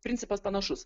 principas panašus